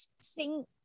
sing